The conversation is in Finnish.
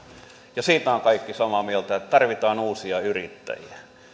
ja siitä ovat kaikki samaa mieltä että tarvitaan uusia yrittäjiä